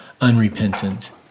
unrepentant